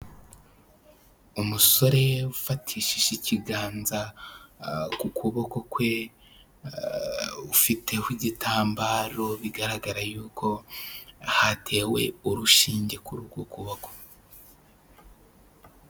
Umusore ufatishije ikiganza ku kuboko kwe ufiteho igitambaro, bigaragara yuko hatewe urushinge kuri uko kuboko